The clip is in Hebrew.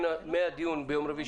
מה אתה אומר?